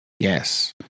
Yes